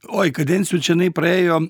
oi kadencijų čionai praėjo